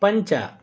पञ्च